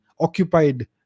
Occupied